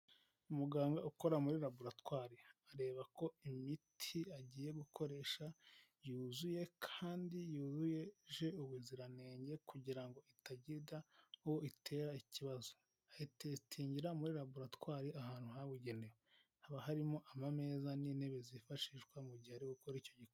Umuganga ukora muri laboratwri areba ko imiti agiye gukoresha yuzuye kandi yujuje ubuziranenge, kugira ngo itagira uwo itera ikibazo ayipimira muri laboratwari ahantu habugenewe haba harimo ama ameza n'intebe zifashishwa mu gihe ari gukora icyo gikorwa.